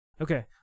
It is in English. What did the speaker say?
Okay